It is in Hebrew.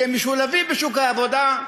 שמשולבים בשוק העבודה,